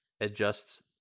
adjusts